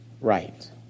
right